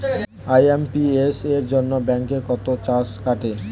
IMPS এর জন্য bank কত চার্জ কাটে?